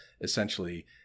essentially